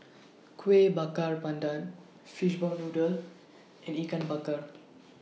Kuih Bakar Pandan Fishball Noodle and Ikan Bakar